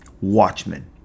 Watchmen